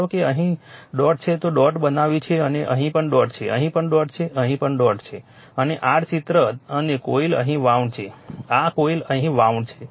ધારો કે જો અહીં ડોટ છે તો ડોટ બનાવ્યું છે અને અહીં પણ ડોટ છે અહીં પણ ડોટ છે અહીં પણ ડોટ છે અને r ચિત્ર અને કોઈલ અહીં વાઉન્ડ છે અથવા કોઈલ અહીં વાઉન્ડ છે